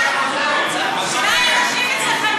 אפשר להצביע?